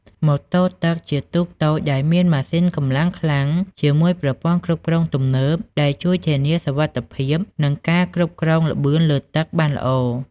ម៉ូតូទឹកជាទូកតូចដែលមានម៉ាស៊ីនកម្លាំងខ្លាំង ជាមួយប្រព័ន្ធគ្រប់គ្រងទំនើបដែលជួយធានាសុវត្ថិភាព និងការគ្រប់គ្រងល្បឿនលើទឹកបានល្អ។